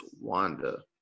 Wanda